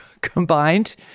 combined